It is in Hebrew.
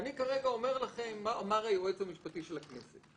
אני כרגע אומר לכם מה אמר היועץ המשפטי של הכנסת.